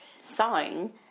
sawing